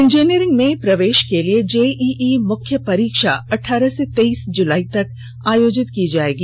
engineering में प्रवेश के लिए जे ई ई मुख्य परीक्षा अठारह से तेईस जुलाई तक आयोजित की जाएगी